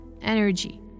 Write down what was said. energy